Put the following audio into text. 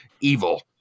evil